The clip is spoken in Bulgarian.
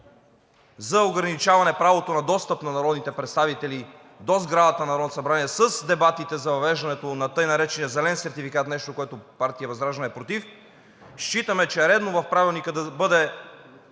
за ограничаване правото на достъп на народните представители до сградата на Народното събрание с дебатите за въвеждането на тъй наречения зелен сертификат – нещо, което партия ВЪЗРАЖДАНЕ е против – считаме, че е редно в Правилника да бъде